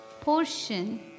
portion